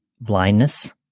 blindness